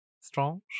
Strange